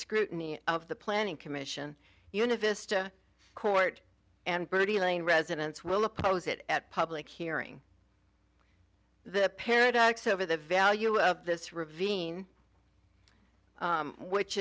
scrutiny of the planning commission eunice to court and brody lane residents will oppose it at public hearing the paradox over the value of this ravine which